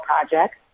project